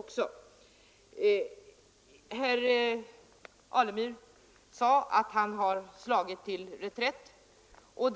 Jag vidhåller att socialdemokraterna har slagit till reträtt, och